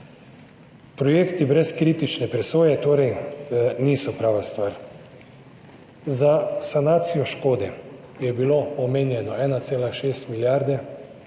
Projekti brez kritične presoje torej niso prava stvar. Za sanacijo škode je bilo omenjeno 1,6 milijarde